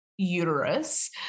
Uterus